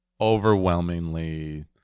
overwhelmingly